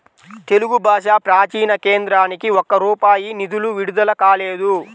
తెలుగు భాషా ప్రాచీన కేంద్రానికి ఒక్క రూపాయి నిధులు విడుదల కాలేదు